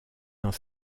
dans